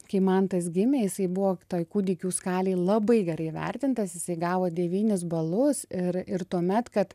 kai mantas gimė jisai buvo toj kūdikių skalėj labai gerai įvertintas jisai gavo devynis balus ir ir tuomet kad